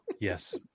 yes